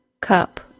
cup